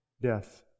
death